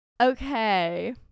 Okay